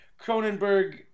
Cronenberg